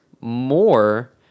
more